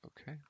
Okay